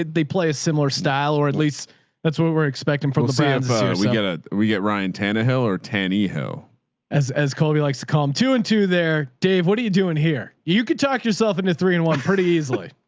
they play a similar style or at least that's what we're expecting from the brands we get. ah we get ryan tannehill or tanny ho as, as colby likes to calm two and two there. dave, what are you doing here? you can talk yourself into three and one pretty easily